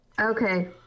Okay